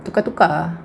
tukar-tukar ah